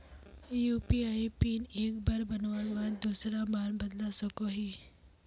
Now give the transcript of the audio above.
UPI PIN एक बार बनवार बाद दूसरा बार बदलवा सकोहो ही?